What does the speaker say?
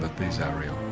but these are real.